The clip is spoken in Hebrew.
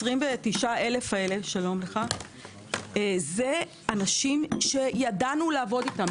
ה-29,000 האלה זה אנשים שידענו לעבוד איתם.